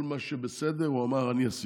על כל מה שבסדר הוא אמר: אני עשיתי.